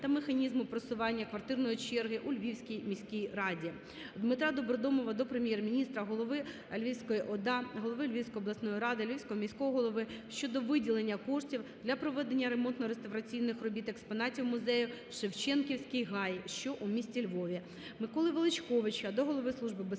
Дмитра Добродомова до Прем'єр-міністра, голови Львівської ОДА, голови Львівської обласної ради, Львівського міського голови щодо виділення коштів для проведення ремонтно-реставраційних робіт експонатів музею "Шевченківський Гай", що у місті Львові.